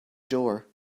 door